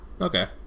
okay